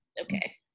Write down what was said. okay